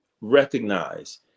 recognize